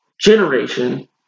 generation